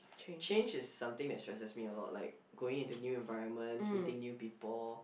change is something that's stresses me a lot like going into new environment meeting new people